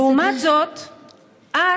לעומת זאת את,